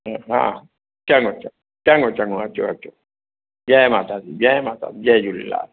हा चङो चङो चङो अचो अचो जय माता दी जय माता दी जय झूलेलाल